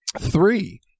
Three